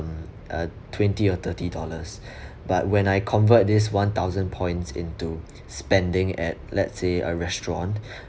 uh twenty or thirty dollars but when I convert this one thousand points into spending at let's say a restaurant